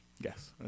Yes